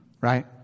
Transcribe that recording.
Right